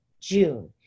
June